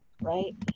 right